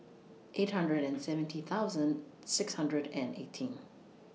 eight hundred and seventy thousand six hundred and eighteen